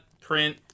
print